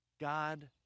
God